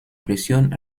presión